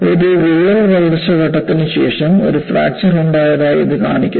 ഒരു വിള്ളൽ വളർച്ച ഘട്ടത്തിനു ശേഷം ഒരു ഫ്രാക്ചർ ഉണ്ടായതായി ഇത് കാണിക്കുന്നു